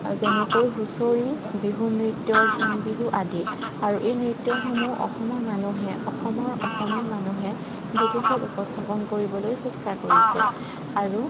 যেনেকৈ হুঁচৰি বিহু নৃত্য জেংবিহু আদি আৰু এই নৃত্যসমূহ অসমৰ মানুহে অসমৰ অসমীয়া মানুহে বিদেশত উপস্থাপন কৰিবলৈ চেষ্টা কৰিছে আৰু